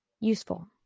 Useful